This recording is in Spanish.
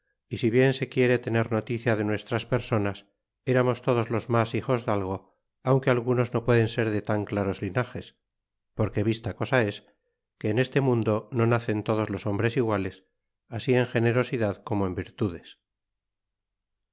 y si bien se quiere tener noticia de nuestras personas eramos todos los mas hijosdalgo aunque algunos no pueden ser de tan claros linages porque vista cosa es que en este mundo no nacen todos los hombres iguales así en generosidad como en virtudes